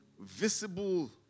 visible